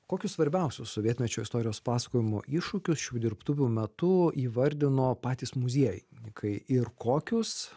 kokius svarbiausius sovietmečio istorijos pasakojimo iššūkius šių dirbtuvių metu įvardino patys muziejininkai ir kokius